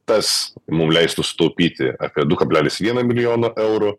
tas mum leistų sutaupyti apie du kablelis vieną milijono eurų